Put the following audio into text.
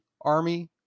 army